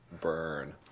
Burn